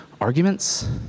arguments